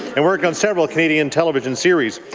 and worked on several canadian television series.